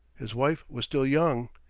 his wife was still young.